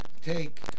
take